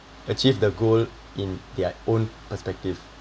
achieve the goal in their own perspective